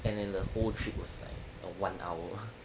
and then the whole trip was like uh one hour